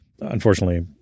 unfortunately